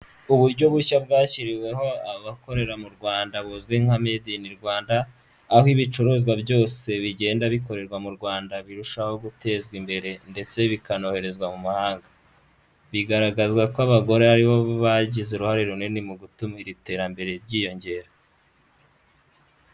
Uburyo bushya bwashyiriweho abakorera mu Rwanda buzwi nka made in Rwanda, aho ibicuruzwa byose bigenda bikorerwa mu Rwanda, birushaho gutezwa imbere, ndetse bikanoherezwa mu mahanga. Bigaragazwa ko abagore aribo bagize uruhare runini mu gutumara iri terambere ryiyongera.